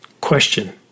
Question